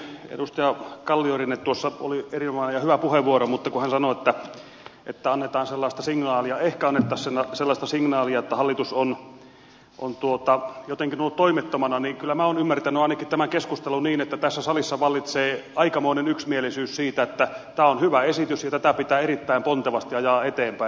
edustaja kalliorinteellä tuossa oli erinomainen ja hyvä puheenvuoro mutta kun hän sanoi että ehkä annettaisiin sellaista signaalia että hallitus on jotenkin ollut toimettomana niin kyllä minä olen ymmärtänyt ainakin tämän keskustelun niin että tässä salissa vallitsee aikamoinen yksimielisyys siitä että tämä on hyvä esitys ja tätä pitää erittäin pontevasti ajaa eteenpäin